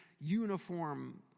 uniform